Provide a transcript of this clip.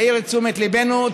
להעיר את תשומת ליבנו.